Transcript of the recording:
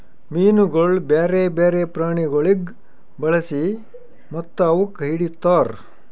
ಮೀನುಗೊಳ್ ಬ್ಯಾರೆ ಬ್ಯಾರೆ ಪ್ರಾಣಿಗೊಳಿಗ್ ಬಳಸಿ ಮತ್ತ ಅವುಕ್ ಹಿಡಿತಾರ್